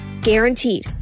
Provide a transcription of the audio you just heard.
Guaranteed